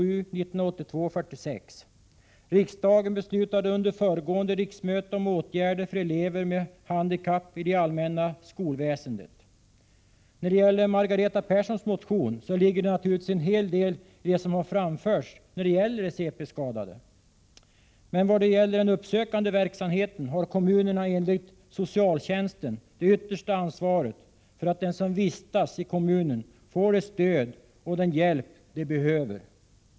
Vad beträffar de cp-skadade vill jag säga att det naturligtvis ligger en hel del i det som har framförts i Margareta Perssons motion. När det gäller den uppsökande verksamheten har emellertid kommunerna enligt socialtjänstlagen det yttersta ansvaret för att de som vistas i kommunen får det stöd och den hjälp de behöver.